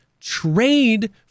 trade